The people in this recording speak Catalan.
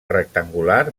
rectangular